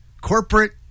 Corporate